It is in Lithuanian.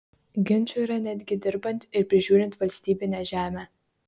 ginčų yra netgi dirbant ir prižiūrint valstybinę žemę